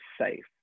safe